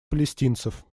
палестинцев